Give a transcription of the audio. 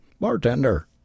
Bartender